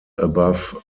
above